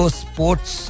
sports